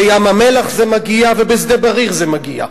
בים-המלח זה מגיע ובשדה-בריר זה מגיע.